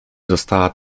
została